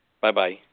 Bye-bye